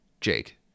Jake